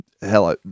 Hello